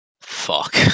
Fuck